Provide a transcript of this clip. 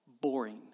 Boring